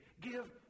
Give